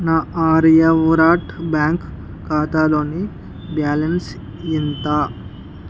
నా ఆర్యవ్రత్ బ్యాంక్ ఖాతాలోని బ్యాలన్స్ ఎంత